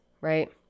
right